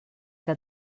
que